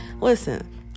listen